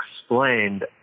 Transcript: explained